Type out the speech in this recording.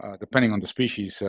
ah depending on the species,